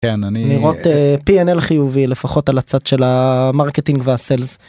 נראות PNL חיובי לפחות על הצד של המרקטינג והסלס.